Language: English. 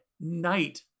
night